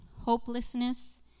hopelessness